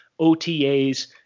OTAs